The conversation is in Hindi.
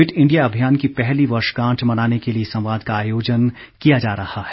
फिट इंडिया अभियान की पहली वर्षगांठ मनाने के लिए इस संवाद का आयोजन किया जा रहा है